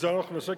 את זה אנחנו נעשה,